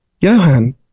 Johan